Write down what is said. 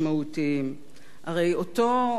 הרי אותו לוחם מהולל,